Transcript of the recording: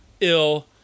ill